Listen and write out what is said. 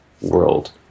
world